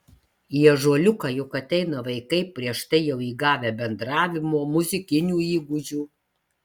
į ąžuoliuką juk ateina vaikai prieš tai jau įgavę bendravimo muzikinių įgūdžių